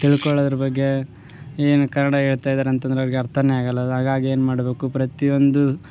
ತಿಳ್ಕೊಳ್ಳೋರ್ದು ಬಗ್ಗೆ ಏನು ಕನ್ನಡ ಹೇಳ್ತಯಿದಾರ್ ಅಂತಂದರೆ ಅವರಿಗೆ ಅರ್ಥಾನೆ ಆಗೊಲ್ಲ ಹಾಗಾಗಿ ಏನು ಮಾಡಬೇಕು ಪ್ರತಿಯೊಂದು